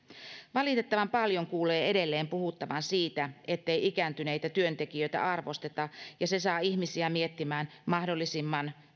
valitettavan paljon kuulee edelleen puhuttavan siitä ettei ikääntyneitä työntekijöitä arvosteta ja se saa ihmisiä miettimään mahdollisimman